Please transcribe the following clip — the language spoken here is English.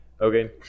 okay